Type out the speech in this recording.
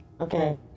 Okay